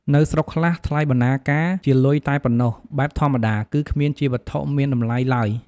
នៅស្រុកខ្លះ ថ្លៃបណ្ណាការជាលុយតែប៉ុណ្ណោះ បែបធម្មតា គឺគ្មានជាវត្ថុមានតម្លៃឡើយ។